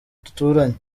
duturanye